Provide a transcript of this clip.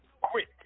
Quick